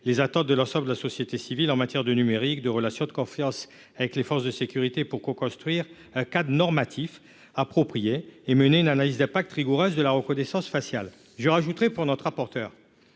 les attentes de l'ensemble de la société civile en matière de numérique, nouer une relation de confiance avec les forces de sécurité, coconstruire un cadre normatif approprié et mener une analyse d'impact rigoureuse de la reconnaissance faciale. J'ajoute, à l'attention de notre rapporteur,